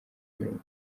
mirongo